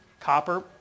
copper